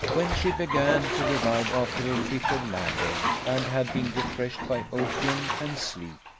when she began to revive after her fit of languor, and had been refreshed by opium and sleep,